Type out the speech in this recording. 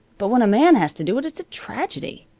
but when a man has to do it, it's a tragedy.